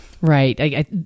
Right